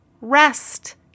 rest